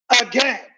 Again